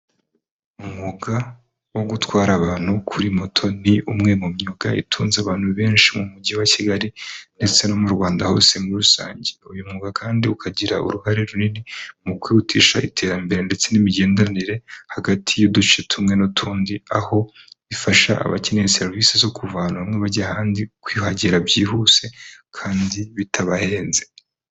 Umwuga wo gutwara abantu kuri moto ni umwe mu myuga itunze abantu benshi mu mujyi wa Kigali ndetse no mu Rwanda hose muri rusange uyu mwuga kandi ukagira uruhare runini mu kwihutisha iterambere ndetse n'imigenderanire hagati y'uduce tumwe n'utundi aho ifasha abakeneye serivisi zo kuvanamo bajya ahandi, kwiyuhagira byihuse kandi bitabahenze.